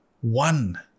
One